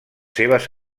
seves